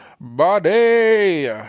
body